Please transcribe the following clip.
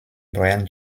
brian